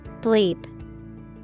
Bleep